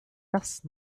das